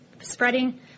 spreading